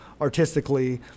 artistically